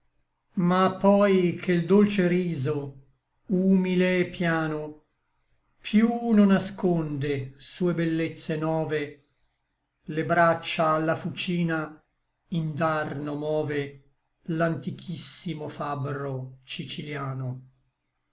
ma poi che l dolce riso humile et piano piú non asconde sue bellezze nove le braccia a la fucina indarno move l'antiquissimo fabbro ciciliano